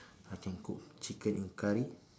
I can cook chicken in curry